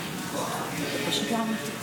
לסדר-היום בנושא: השבת מפעל ההזנה לילדים בקיץ.